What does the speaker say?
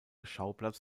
schauplatz